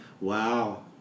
wow